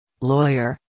Lawyer